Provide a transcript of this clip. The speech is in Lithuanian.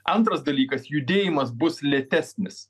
antras dalykas judėjimas bus lėtesnis